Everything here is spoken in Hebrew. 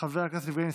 חבר הכנסת רוטמן,